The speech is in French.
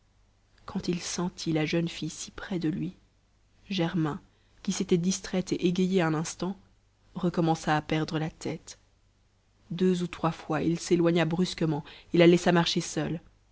quand il sentit la jeune fille si près de lui germain qui s'était distrait et égayé un instant recommença à perdre la tête deux ou trois fois il s'éloigna brusquement et la laissa marcher seule